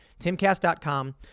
TimCast.com